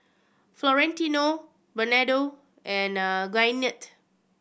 Florentino Bernardo and Gwyneth